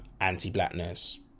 anti-blackness